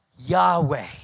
Yahweh